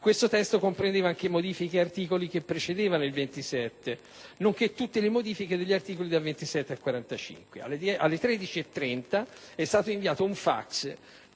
Questo testo comprendeva anche modifiche ed articoli che precedevano l'articolo 27, nonché tutte le modifiche degli articoli dal 27 al 45. Alle ore 13,30 è stato inviato un fax